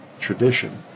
tradition